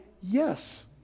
Yes